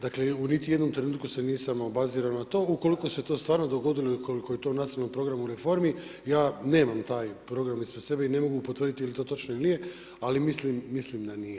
Dakle, niti u jednom trenutku se nisam obazirao na to, ukoliko se to stvarno dogodilo i ukoliko je to u nacionalnom programu reformi, ja nemam taj program ispred sebe i ne mogu potvrditi je li to točno ili nije, ali mislim da nije.